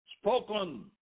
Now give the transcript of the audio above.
spoken